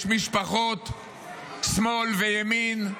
יש משפחות שמאל וימין,